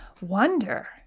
wonder